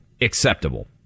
acceptable